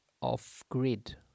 off-grid